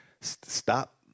Stop